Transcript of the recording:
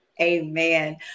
Amen